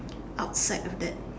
outside of that